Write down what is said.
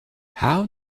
how